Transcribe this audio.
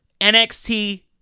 NXT